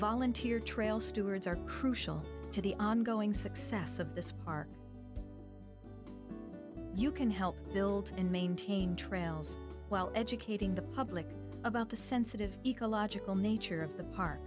volunteer trail stewards are crucial to the ongoing success of this our you can help build and maintain trails while educating the public about the sensitive ecological nature of the park